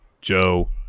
Joe